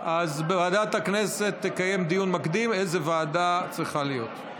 אז ועדת הכנסת תקיים דיון מקדים על איזו ועדה צריכה להיות.